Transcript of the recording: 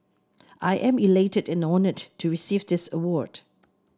I am elated and honoured to receive this award